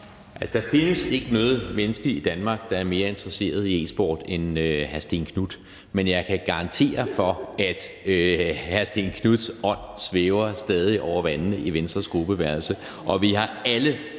Der findes ikke noget menneske i Danmark, der er mere interesseret i e-sport end hr. Stén Knuth, og jeg kan garantere for, at hr. Stén Knuths ånd stadig svæver over vandene i Venstres gruppeværelse,